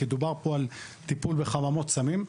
כי דובר פה על טיפול בחממות סמים.